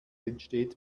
entsteht